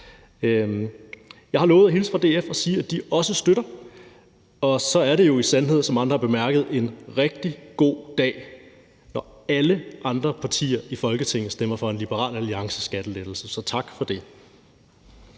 Jeg har lovet at hilse fra DF og sige, at de også støtter lovforslaget. Og så er det jo i sandhed, som andre har bemærket, en rigtig god dag, når alle andre partier i Folketinget stemmer for en Liberal Alliance-skattelettelse. Så tak for det.